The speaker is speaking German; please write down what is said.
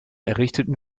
errichteten